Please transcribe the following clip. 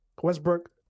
Westbrook